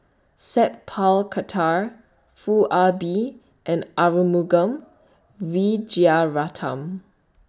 Sat Pal Khattar Foo Ah Bee and Arumugam Vijiaratnam